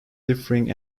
differing